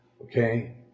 Okay